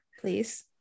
Please